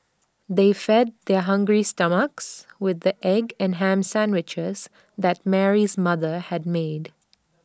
they fed their hungry stomachs with the egg and Ham Sandwiches that Mary's mother had made